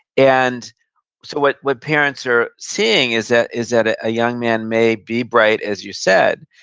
and so what what parents are seeing is that is that a young man may be bright, as you said,